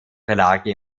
verlage